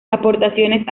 aportaciones